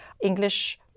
English